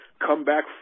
comeback